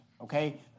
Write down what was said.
okay